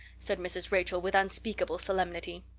said mrs. rachel with unspeakable solemnity.